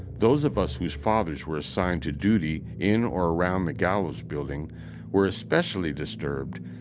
those of us whose fathers were assigned to duty in our around the gallows building were especially disturbed,